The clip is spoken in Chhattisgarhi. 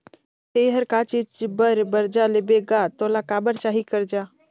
ते हर का चीच बर बरजा लेबे गा तोला काबर चाही करजा